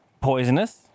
Poisonous